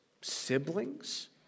Siblings